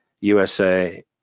USA